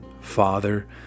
Father